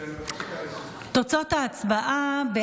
אומנה לילדים, תקופות כהונה, תאגידים,